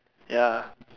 ya